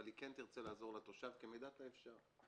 אבל היא כן תרצה לעזור לתושב כמידת האפשר.